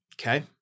Okay